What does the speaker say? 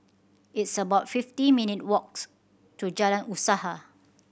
it's about fifty minute' walks to Jalan Usaha